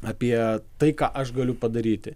apie tai ką aš galiu padaryti